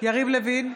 יריב לוין,